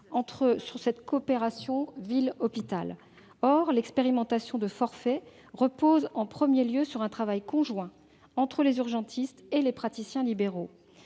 de ville et l'hôpital. Or l'expérimentation de forfaits repose, en premier lieu, sur un travail conjoint entre les urgentistes et les praticiens libéraux